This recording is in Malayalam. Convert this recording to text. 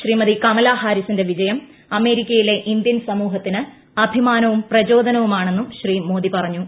ശ്രീമതി കമലഹാരിസിന്റെ വിജയം അമേരിക്കയിലെ ഇന്ത്യൻ സമൂഹത്തിന് അഭിമാനവും പ്രചോദനവും ആണെന്നും ശ്രീ മോദി പറഞ്ഞു